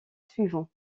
suivant